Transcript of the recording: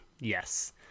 yes